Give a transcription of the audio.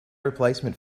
replacement